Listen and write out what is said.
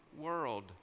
world